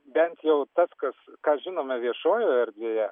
bent jau tas kas ką žinome viešojoje erdvėje